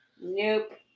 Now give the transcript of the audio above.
Nope